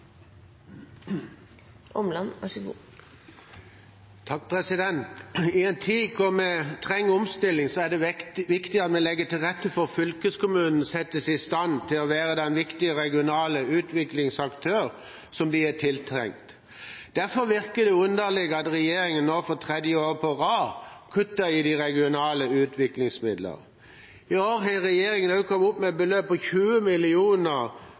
det viktig at vi legger til rette for at fylkeskommunene settes i stand til å være den viktige regionale utviklingsaktør som de er tiltenkt. Derfor virker det underlig at regjeringen nå for tredje år på rad kutter i de regionale utviklingsmidlene. I år har regjeringen også kommet opp med et beløp på 20